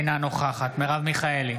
אינה נוכחת מרב מיכאלי,